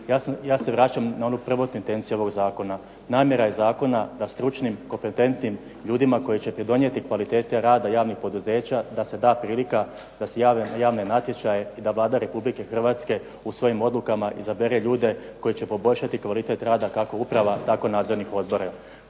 Ja se vraćam na onu prvotnu intenciju ovog zakona. Namjera je zakona da stručnim, kompetentnim ljudima koji će pridonijeti kvaliteti rada javnih poduzeća da se da prilika da se javlja na javne natječaje i da Vlada Republike Hrvatske u svojim odlukama izabere ljude koji će poboljšati kvalitet rada kako uprava, tako nadzornih odbora.